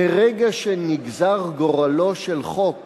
מרגע שנגזר גורלו של חוק